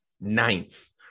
ninth